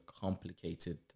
complicated